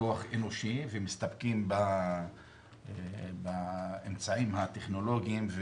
כוח אנושי ומסתפקים באמצעים הטכנולוגיים,